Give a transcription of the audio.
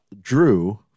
drew